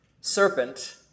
serpent